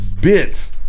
bit